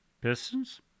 Pistons